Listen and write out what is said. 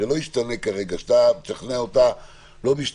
הרי לא תשכנע אותה כרגע, זה לא ישתנה.